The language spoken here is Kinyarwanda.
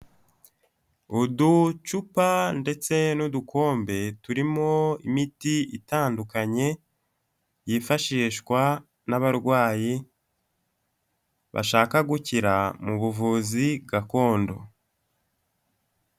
Uducupa ndetse n'udukombe turimo imiti itandukanye yifashishwa n'abarwayi bashaka gukira mu buvuzi gakondo.